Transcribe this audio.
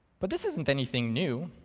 but this isn't anything new.